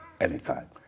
anytime